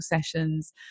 sessions